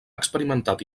experimentat